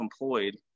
employed